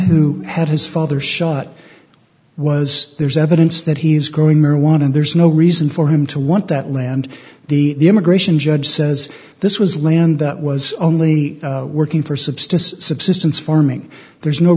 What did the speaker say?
who had his father shut was there's evidence that he's growing marijuana and there's no reason for him to want that land the immigration judge says this was land that was only working for substance subsistence farming there's no